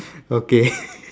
okay